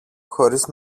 χωρίς